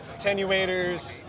attenuators